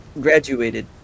graduated